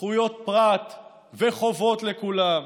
זכויות פרט וחובות לכולם,